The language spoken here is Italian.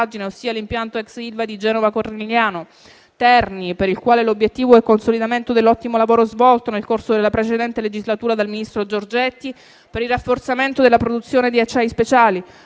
ossia l'impianto ex ILVA di Genova Cornigliano; Terni, per il quale l'obiettivo è un consolidamento dell'ottimo lavoro svolto nel corso della precedente legislatura dal ministro Giorgetti per il rafforzamento della produzione di acciai speciali